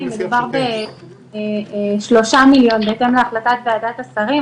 מדובר בשלושה מיליון בהתאם להחלטת ועדת השרים,